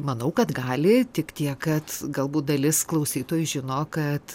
manau kad gali tik tiek kad galbūt dalis klausytojų žino kad